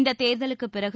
இந்த தேர்தலுக்குப் பிறகு